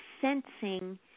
sensing